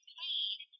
paid